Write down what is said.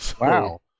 Wow